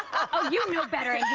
oh, you um know better!